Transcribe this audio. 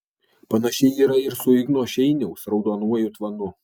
panašiai yra ir su igno šeiniaus raudonuoju tvanu